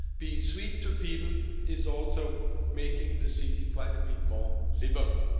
being sweet to people is also making the city quite a bit more livable.